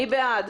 מי בעד?